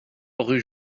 rue